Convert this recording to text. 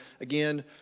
Again